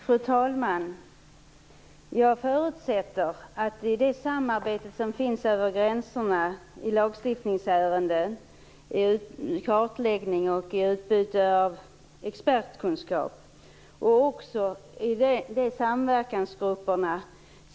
Fru talman! Det förekommer ett samarbete över gränserna i lagstiftningsärenden med kartläggning och utbyte av expertkunskap. Polis och åklagarväsen har också samverkansgrupper.